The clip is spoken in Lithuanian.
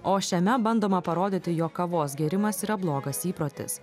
o šiame bandoma parodyti jog kavos gėrimas yra blogas įprotis